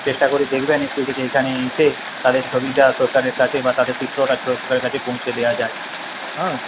চেষ্টা করে দেখবেন একটু যদি এইখানে এসে তাদের ছবিটা সরকারের কাছে বা তাদের চিত্রটা সরকারের কাছে পৌঁছে দেওয়া যায় হাঁ